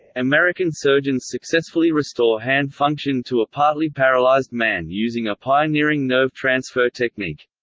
and american surgeons successfully restore hand function to a partly paralyzed man using a pioneering nerve transfer technique.